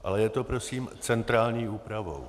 Ale je to prosím centrální úpravou.